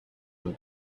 and